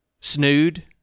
Snood